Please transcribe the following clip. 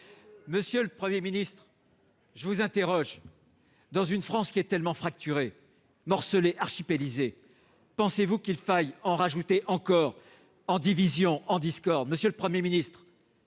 Monsieur le Premier ministre, je vous interroge : dans une France qui est tellement facturée, morcelée, « archipélisée », pensez-vous qu'il faille en rajouter, encore, en division, en discorde ?